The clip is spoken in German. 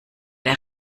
der